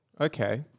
Okay